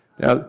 Now